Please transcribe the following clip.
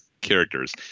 characters